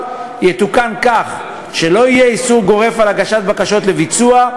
יתוקן כך שלא יהיה איסור גורף להגיש בקשות לביצוע,